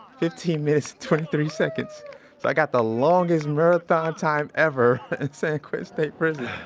fifteen minutes, twenty three seconds. so i got the longest marathon time ever at san quentin state prison.